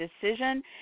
decision